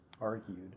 argued